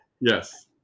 Yes